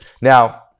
Now